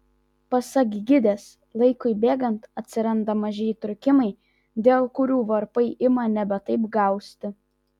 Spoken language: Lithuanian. pasak gidės laikui bėgant atsiranda maži įtrūkimai dėl kurių varpai ima nebe taip gausti